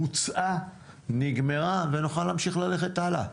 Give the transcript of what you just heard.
בוצעה נגמרה ונוכל להמשיך הלאה.